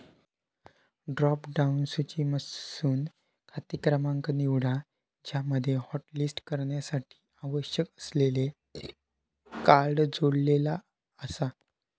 drop down सूचीमधसून खाते क्रमांक निवडा ज्यामध्ये हॉटलिस्ट करण्यासाठी आवश्यक असलेले कार्ड जोडलेला आसा